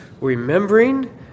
remembering